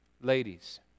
ladies